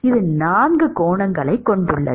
இது 4 கோணங்களைக் கொண்டுள்ளது